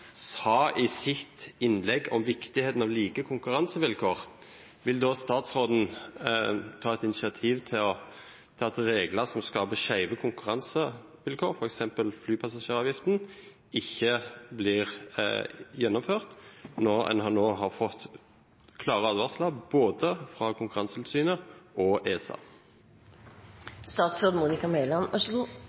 i sitt innlegg sa om viktigheten av like konkurransevilkår, vil da statsråden ta et initiativ til at regler som skaper skeive konkurransevilkår, f.eks. flypassasjeravgiften, ikke blir gjennomført – når en nå har fått klare advarsler både fra Konkurransetilsynet og